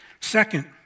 Second